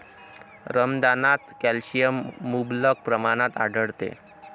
रमदानात कॅल्शियम मुबलक प्रमाणात आढळते